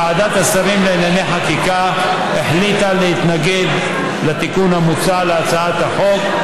ועדת השרים לענייני חקיקה החליטה להתנגד לתיקון המוצע בהצעת החוק,